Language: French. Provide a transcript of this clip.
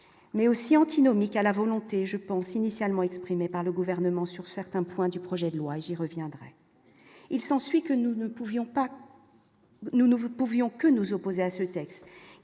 mais aussi antinomique à la volonté, je pense, initialement exprimée par le gouvernement, sur certains points du projet de loi, j'y reviendrai, il s'ensuit que nous ne pouvions pas, nous ne pouvions que